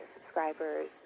subscribers